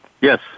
yes